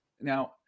now